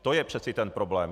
To je přeci ten problém.